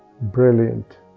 Brilliant